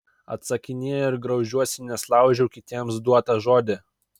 atsakinėju ir graužiuosi nes laužau kitiems duotą žodį